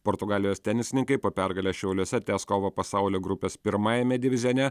portugalijos tenisininkai po pergalės šiauliuose tęs kovą pasaulio grupės pirmajame divizione